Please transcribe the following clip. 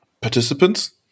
participants